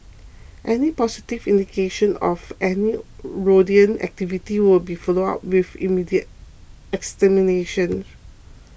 any positive indication of any rodent activity will be followed up with immediate extermination